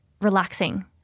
relaxing